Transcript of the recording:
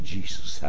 Jesus